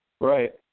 Right